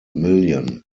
million